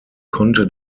konnte